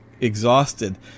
exhausted